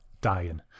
dying